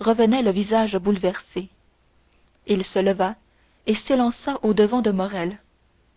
revenait le visage bouleversé il se leva et s'élança au-devant de